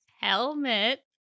helmet